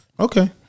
Okay